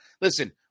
Listen